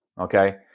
Okay